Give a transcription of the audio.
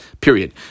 Period